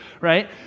right